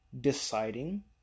deciding